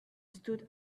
stood